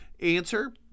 answer